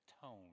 tone